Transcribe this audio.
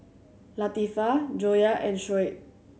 Latifa Joyah and Shoaib